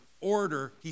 Order